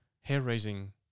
hair-raising